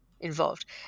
involved